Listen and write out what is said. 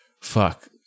fuck